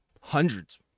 hundreds